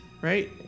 right